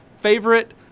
favorite